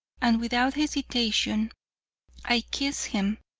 and without hesitation i kissed him,